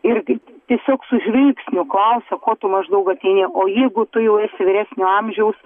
irgi tiesiog su žvilgsniu klausia ko tu maždaug atėjai o jeigu tu jau esi vyresnio amžiaus